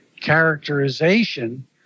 characterization